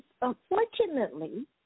Unfortunately